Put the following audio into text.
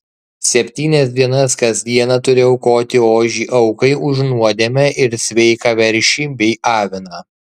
septynias dienas kas dieną turi aukoti ožį aukai už nuodėmę ir sveiką veršį bei aviną